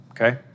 okay